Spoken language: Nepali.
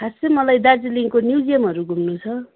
खास चाहिँ मलाई दार्जिलिङको म्युजियमहरू घुम्नु छ